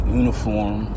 uniform